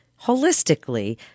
holistically